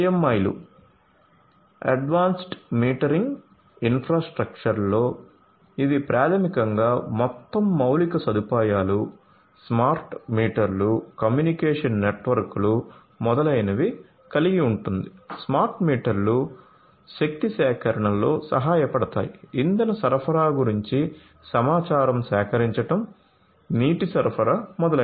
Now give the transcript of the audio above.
AMI లు advanced metering ఇన్ఫ్రాస్ట్రక్చర్లో ఇది ప్రాథమికంగా మొత్తం మౌలిక సదుపాయాలు స్మార్ట్ మీటర్లు కమ్యూనికేషన్ నెట్వర్క్లు మొదలైనవి కలిగి ఉంటుంది స్మార్ట్ మీటర్లు శక్తి సేకరణలో సహాయపడతాయి ఇంధన సరఫరా గురించి సమాచారం సేకరించడం నీటి సరఫరా మొదలైనవి